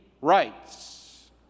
rights